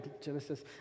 Genesis